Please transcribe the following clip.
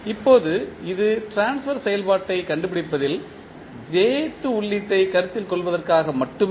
இப்போது இது ட்ரான்ஸ்பர் செயல்பாட்டைக் கண்டுபிடிப்பதில் jth உள்ளீட்டைக் கருத்தில் கொள்வதற்காக மட்டுமே